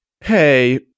Hey